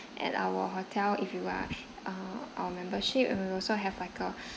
at our hotel if you are uh our membership and we will also have like a